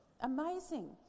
Amazing